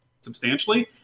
substantially